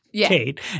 Kate